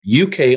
UK